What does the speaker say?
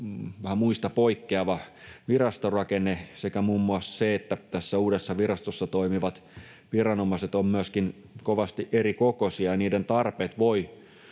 vähän muista poikkeava virastorakenne sekä muun muassa se, että tässä uudessa virastossa toimivat viranomaiset ovat myöskin kovasti erikokoisia ja niiden tarpeet voivat